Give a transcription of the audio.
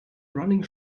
running